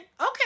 Okay